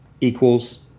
equals